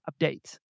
updates